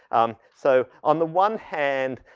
um, so, on the one hand,